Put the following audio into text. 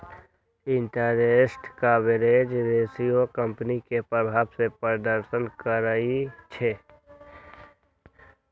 interest coverage ratio company के प्रभाव के प्रदर्शन करइ छै